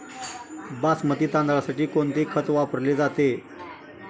बासमती तांदळासाठी कोणते खत वापरले जाते?